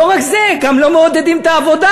לא רק זה: גם לא מעודדים את העבודה,